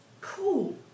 Cool